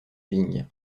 vignes